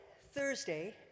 Thursday